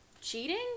cheating